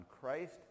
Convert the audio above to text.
Christ